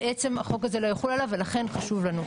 בעצם החוק הזה לא יחול עליו ולכן חשוב לנו.